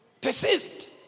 Persist